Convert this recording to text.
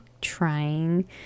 trying